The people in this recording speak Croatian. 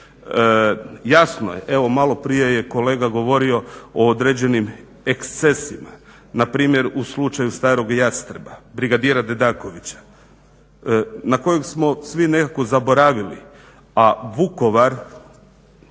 Jasno je, evo malo prije je kolega govorio o određenim ekscesima npr. u slučaju starog Jastreba, brigadira Dedakovića na kojem smo svi nekako zaboravili a Vukovar,